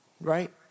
Right